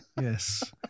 Yes